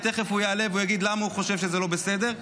ותכף הוא יעלה ויגיד למה הוא חושב שזה לא בסדר.